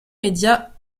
médias